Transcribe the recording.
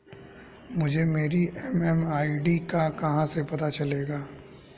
मुझे मेरी एम.एम.आई.डी का कहाँ से पता चलेगा?